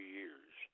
years